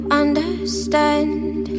understand